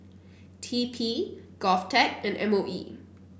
T P Govtech and M O E